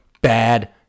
Bad